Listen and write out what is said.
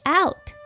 out！